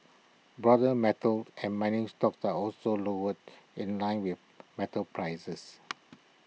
broader metals and mining stocks were also lower in line with metal prices